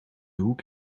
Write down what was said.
hoek